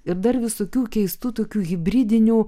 ir dar visokių keistų tokių hibridinių